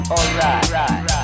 Alright